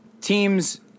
teams